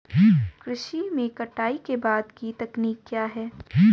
कृषि में कटाई के बाद की तकनीक क्या है?